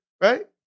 right